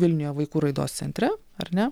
vilniuje vaikų raidos centre ar ne